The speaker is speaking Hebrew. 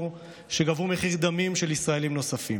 שגבו מחיר דמים של ישראלים נוספים.